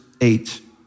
eight